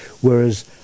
whereas